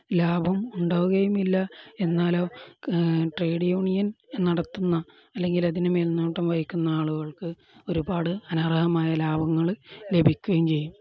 ലാഭം ഉണ്ടാവുകയുമില്ല എന്നാലോ ട്രേഡ് യൂണിയൻ നടത്തുന്ന അല്ലെങ്കിൽ അതിന് മേൽനോട്ടം വഹിക്കുന്ന ആളുകൾക്ക് ഒരുപാട് അനർഹമായ ലാഭങ്ങൾ ലഭിക്കുകയും ചെയ്യും